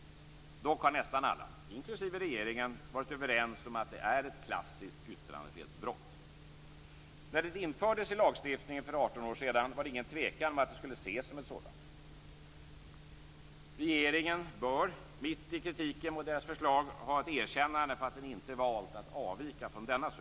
Dock har nästan alla, inklusive regeringen, varit överens om att det är ett klassiskt yttrandefrihetsbrott. När det infördes i lagstiftningen för 18 år sedan var det ingen tvekan om att det skulle ses som ett sådant. Regeringen bör, mitt i kritiken mot dess förslag, ha ett erkännande för att den inte valt att avvika från denna syn.